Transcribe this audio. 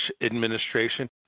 administration